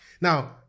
Now